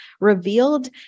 revealed